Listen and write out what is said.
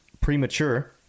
premature